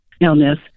illness